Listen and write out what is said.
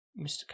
Mr